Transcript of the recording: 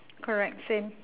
correct same